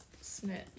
Snitch